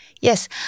Yes